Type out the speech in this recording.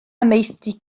amaethdy